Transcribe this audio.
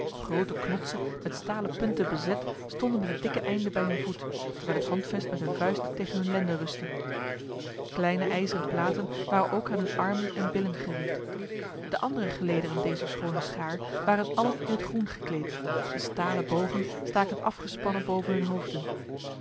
grote knotsen met stalen punten bezet stonden met het dikke einde bij hun voet terwijl het handvest met hun vuist tegen hun lenden rustte kleine ijzeren platen waren ook aan hun armen en billen geriemd de andere gelederen dezer schone schaar waren allen in het groen gekleed de stalen bogen staken afgespannen boven hun hoofden